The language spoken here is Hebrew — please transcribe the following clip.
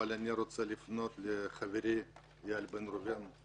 אבל אני רוצה לפנות לחברי איל בן ראובן.